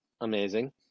amazing